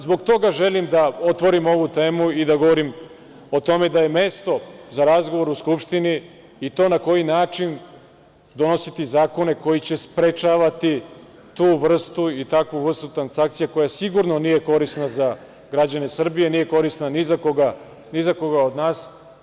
Zbog toga želim da otvorim ovu temu i da govorim o tome da je mesto za razgovor u Skupštini i to na koji način donositi zakone koji će sprečavati tu vrstu i takvu vrstu transakcija, koja sigurno nije korisna za građane Srbije, nije korisna ni za koga od nas.